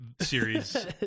series